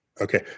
Okay